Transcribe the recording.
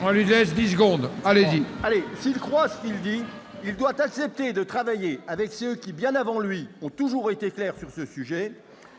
nous laissons dix secondes à M. Masson. S'il croit ce qu'il dit, il doit accepter de travailler avec ceux qui, bien avant lui, ont toujours été clairs sur ce sujet.